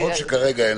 נכון שכרגע אין,